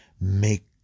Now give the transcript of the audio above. Make